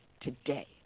today